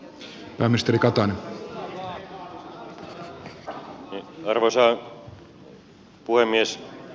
arvoisa puhemies